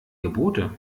gebote